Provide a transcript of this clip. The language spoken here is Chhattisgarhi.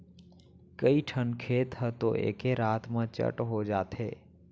कइठन खेत ह तो एके रात म चट हो जाथे